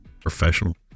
professional